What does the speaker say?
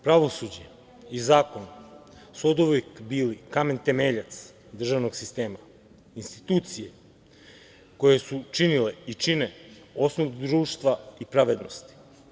Pravosuđe i zakon su oduvek bili kamen temeljac državnog sistema, institucije koje su činile i čine osnov društva i pravednosti.